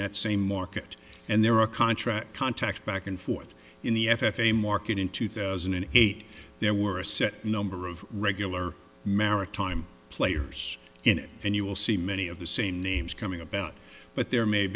that same market and there are contra contacts back and forth in the f a market in two thousand and eight there were a set number of regular maritime players in it and you will see many of the same names coming about but there may have